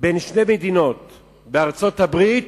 בין שתי מדינות בארצות-הברית,